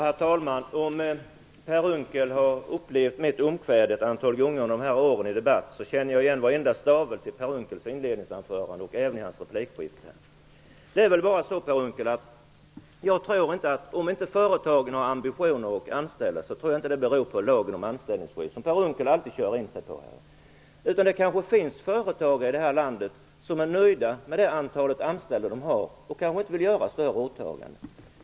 Herr talman! Om Per Unckel har upplevt mitt omkväde ett antal gånger de här åren i debatter så kan jag säga att jag känner igen varenda stavelse i Per Unckels inledningsanförande och även i hans repliker. Om företagen inte har ambitionen att anställa så tror jag inte det beror på lagen om anställningsskydd som Per Unckel alltid kör in sig på här. Det kanske finns företagare i det här landet som är nöjda med det antal anställda de har och kanske inte vill göra större åtaganden.